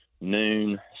noon